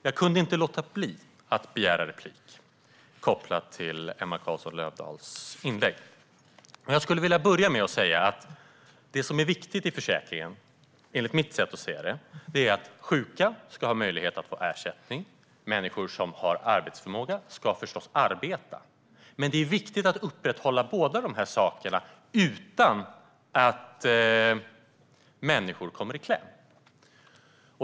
Jag kunde dock inte låta bli att begära replik efter Emma Carlsson Löfdahls inlägg. Jag vill börja med att säga att det som är viktigt i försäkringen, enligt mitt sätt att se det, är att sjuka ska ha möjlighet att få ersättning och att människor som har arbetsförmåga ska arbeta. Det är viktigt att upprätthålla båda dessa saker utan att människor kommer i kläm.